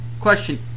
Question